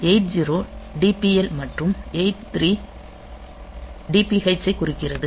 82 DPL மற்றும் 83 DPH ஐக் குறிக்கிறது